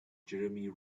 jeremy